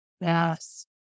yes